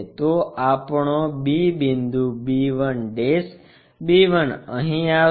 તો આપણો b બિંદુ b 1 b 1 અહીં આવશે